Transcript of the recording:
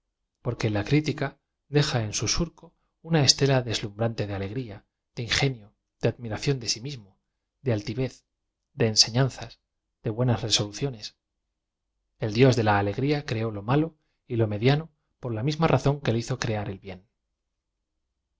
porque la critica deja en su surco una estela deslumbrante de alegría de ingenio de admi ración de bí mismo de a ltivez de enseñanzas de bue ñas resoluciones el dios de la alegría creó lo malo y lo mediano por la misma razón que le hizo crea r el bien